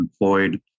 employed